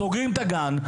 סוגרים את הגן,